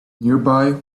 nearby